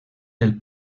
pel